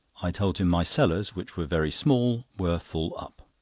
i told him my cellars, which were very small, were full up.